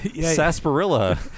sarsaparilla